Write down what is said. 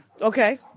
Okay